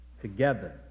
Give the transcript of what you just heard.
together